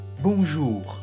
Bonjour